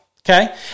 okay